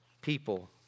people